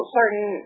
certain